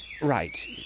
Right